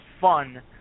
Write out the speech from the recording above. fun